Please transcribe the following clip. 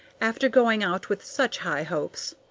after going out with such high hopes.